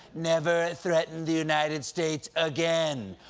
never threaten the united states again!